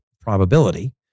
probability